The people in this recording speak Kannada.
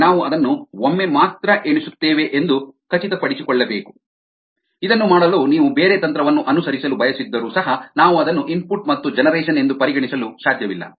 ಆದರೆ ನಾವು ಅದನ್ನು ಒಮ್ಮೆ ಮಾತ್ರ ಎಣಿಸುತ್ತೇವೆ ಎಂದು ಖಚಿತಪಡಿಸಿಕೊಳ್ಳಬೇಕು ಇದನ್ನು ಮಾಡಲು ನೀವು ಬೇರೆ ತಂತ್ರವನ್ನು ಅನುಸರಿಸಲು ಬಯಸಿದ್ದರೂ ಸಹ ನಾವು ಅದನ್ನು ಇನ್ಪುಟ್ ಮತ್ತು ಜೆನರೇಷನ್ ಯೆಂದು ಪರಿಗಣಿಸಲು ಸಾಧ್ಯವಿಲ್ಲ